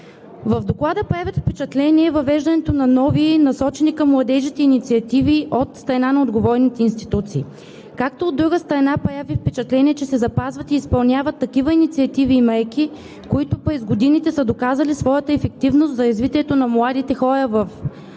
В Доклада правят впечатление въвеждането на нови, насочени към младежите инициативи от страна на отговорните институции, както, от друга страна, прави впечатление, че се запазват и изпълняват такива инициативи и мерки, които през годините са доказали своята ефективност за развитието на младите хора в